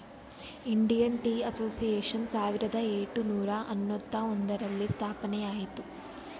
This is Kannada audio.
ಇಂಡಿಯನ್ ಟೀ ಅಸೋಶಿಯೇಶನ್ ಸಾವಿರದ ಏಟುನೂರ ಅನ್ನೂತ್ತ ಒಂದರಲ್ಲಿ ಸ್ಥಾಪನೆಯಾಯಿತು